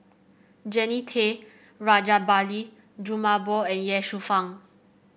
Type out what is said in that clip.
Jannie Tay Rajabali Jumabhoy and Ye Shufang